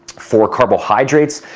for carbohydrates,